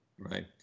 Right